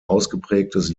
ausgeprägtes